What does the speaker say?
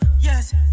yes